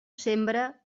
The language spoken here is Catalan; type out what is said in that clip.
sembra